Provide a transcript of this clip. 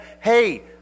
Hey